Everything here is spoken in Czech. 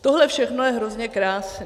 Tohle všechno je hrozně krásné.